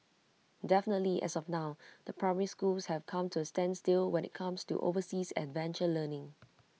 definitely as of now the primary schools have come to A standstill when IT comes to overseas adventure learning